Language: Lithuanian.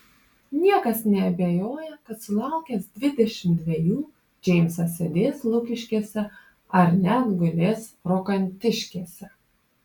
niekas neabejoja kad sulaukęs dvidešimt dvejų džeimsas sėdės lukiškėse ar net gulės rokantiškėse